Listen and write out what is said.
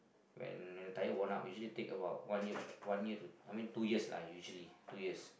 when the tyre worn out usually take about one year one year to I mean two years lah usually two years